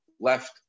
left